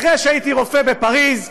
אחרי שהייתי רופא בפריז,